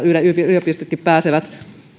yliopistotkin